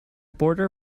border